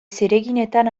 zereginetan